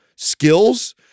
Skills